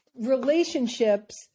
relationships